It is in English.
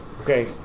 Okay